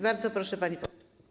Bardzo proszę, pani poseł.